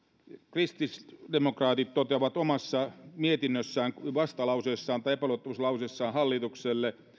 kristillisdemokraatit toteavat omassa mietinnössään vastalauseessaan tai epäluottamuslauseessaan hallitukselle